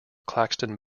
claxton